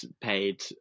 paid